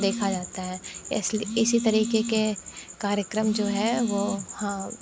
देखा जाता है इसलिए इस तरीके के कार्यक्रम जो है वो हाँ